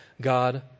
God